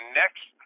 next